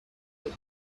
wind